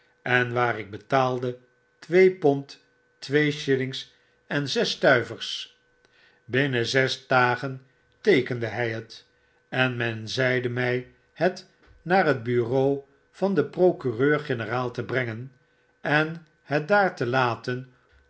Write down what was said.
en waar ik betaalde twee pond twee shillings en zes stuivers binnen zes dagen teekende hy het en men zeide my het naar het bureau van den procureur-generaal te brengen en het daarte laten